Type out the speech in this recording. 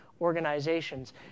organizations